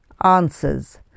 answers